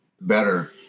better